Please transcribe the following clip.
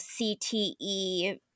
CTE –